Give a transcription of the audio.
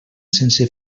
sense